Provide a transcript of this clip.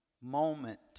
moment